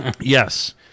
Yes